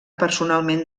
personalment